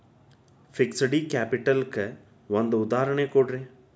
fixed capital ಕ್ಕ ಒಂದ್ ಉದಾಹರ್ಣಿ ಕೊಡ್ರಿ